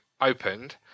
opened